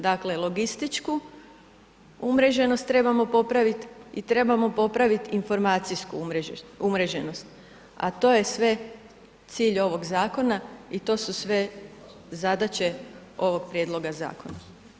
Dakle, logističku umreženost trebamo popraviti i trebamo popraviti informacijsku umreženost, a to je sve cilj ovog zakona i to su sve zadaće ovog prijedloga zakona.